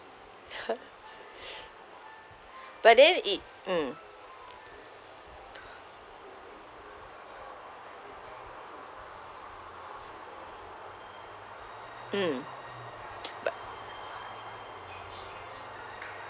but then it mm mm but